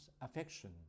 affection